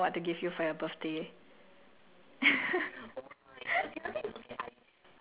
okay tell me more so I know what to give you for your birthday